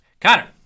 Connor